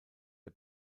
der